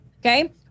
Okay